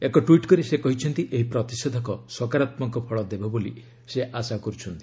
ଏକ ଟ୍ୱିଟ୍ କରି ସେ କହିଛନ୍ତି ଏହି ପ୍ରତିଷେଧକ ସକାରାତ୍ମକ ଫଳ ଦେବ ବୋଲି ସେ ଆଶା କରୁଛନ୍ତି